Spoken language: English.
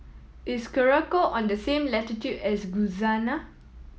is Curacao on the same latitude as